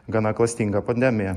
gana klastinga pandemija